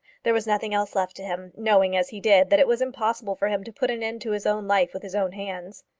there was nothing else left to him, knowing, as he did, that it was impossible for him to put an end to his own life with his own hands.